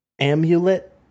Amulet